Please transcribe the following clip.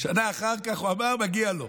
שנה אחר כך הוא אמר: מגיע לו.